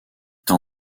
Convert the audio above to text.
t’as